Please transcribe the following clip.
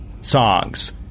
songs